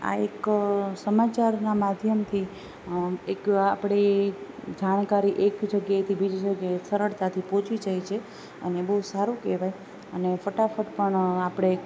આ એક સમાચારના માધ્યમથી એક આપણી જાણકારી એક જગ્યાએથી બીજી જગ્યાએ સરળતાથી પહોંચી જાય છે અને બહુ સારું કહેવાય અને ફટાફટ પણ આપણે